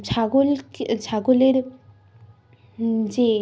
ছাগলকে ছাগলের যে